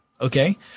Okay